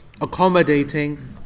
accommodating